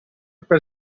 per